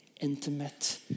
intimate